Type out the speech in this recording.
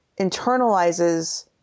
internalizes